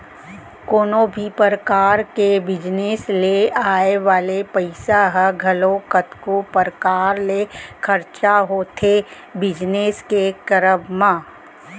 कोनो भी परकार के बिजनेस ले आय वाले पइसा ह घलौ कतको परकार ले खरचा होथे बिजनेस के करब म